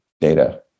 data